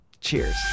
Cheers